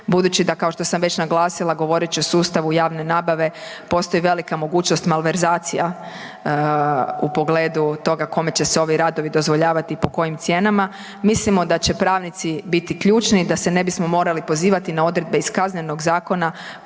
budući da kao što sam već naglasila govoreći o sustavu javne nabave postoji velika mogućnost malverzacija u pogledu toga kome će se ovi radovi dozvoljavati i po kojim cijenama. Mislimo da će pravnici biti ključni i da se ne bismo morali pozivati na odredbe iz Kaznenog zakona